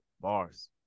Bars